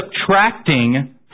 Subtracting